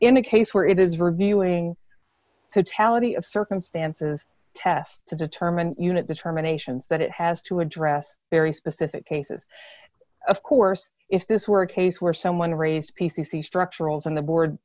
in a case where it is reviewing totality of circumstances tests to determine unit determinations that it has to address very specific cases of course if this were a case where someone raised p c c structuralism the board